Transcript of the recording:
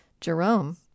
jerome